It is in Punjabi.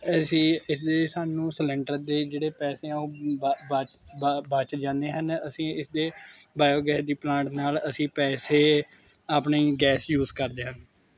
ਅਸੀਂ ਇਸਦੇ ਸਾਨੂੰ ਸਿਲੰਡਰ ਦੇ ਜਿਹੜੇ ਪੈਸੇ ਹੈ ਉਹ ਬ ਬ ਬ ਬਚ ਜਾਂਦੇ ਹਨ ਅਸੀਂ ਇਸ ਦੇ ਬਾਇਓਗੈਸ ਦੀ ਪਲਾਂਟ ਨਾਲ਼ ਅਸੀਂ ਪੈਸੇ ਆਪਣੀ ਗੈਸ ਯੂਸ ਕਰਦੇ ਹਨ